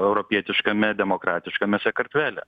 europietiškame demokratiškame sakartvele